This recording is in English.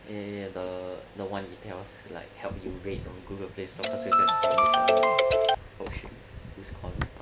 ya ya ya the the one you tell us like help you rate on google play store oh shit who's calling